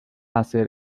hacer